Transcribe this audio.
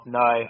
no